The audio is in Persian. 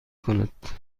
کند